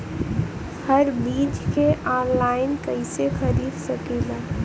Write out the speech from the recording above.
हम बीज के आनलाइन कइसे खरीद सकीला?